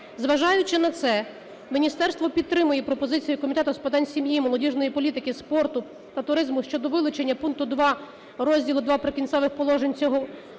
Зважаючи на це, міністерство підтримує пропозицію Комітету з питань сім'ї і молодіжної політики, спорту та туризму щодо вилучення пункту 2 розділу II "Прикінцевих положень" цього проекту